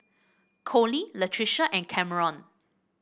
Colie Latricia and Cameron